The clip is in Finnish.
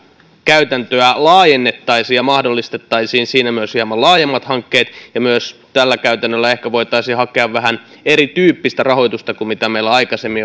käytäntöä laajennettaisiin ja mahdollistettaisiin siinä myös hieman laajemmat hankkeet tällä käytännöllä ehkä voitaisiin myös hakea vähän erityyppistä rahoitusta kuin mitä meillä aikaisemmin